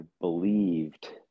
believed